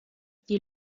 die